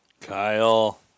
Kyle